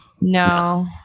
No